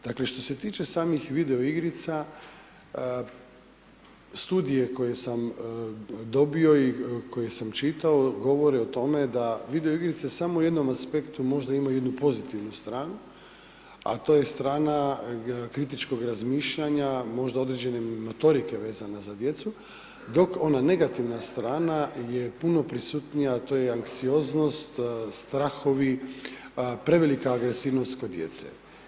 Dakle, što se tiče samih video igrica, studije koje sam dobio i koje sam čitao govore o tome da video igrice samo u jednom aspektu možda imaju jednu pozitivnu stranu, a to je strana kritičkog razmišljanja, možda određene motorike vezana za djecu, dok ona negativna strana je puno prisutnija, a to je anksioznost, strahovi, prevelika agresivnost kod djece.